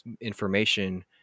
information